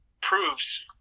proves